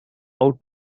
how